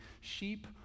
Sheep